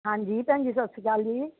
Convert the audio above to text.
ਹਾਂਜੀ ਭੈਣ ਜੀ ਸਤਿ ਸ਼੍ਰੀ ਅਕਾਲ ਜੀ